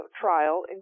trial